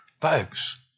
Folks